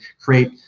create